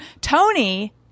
Tony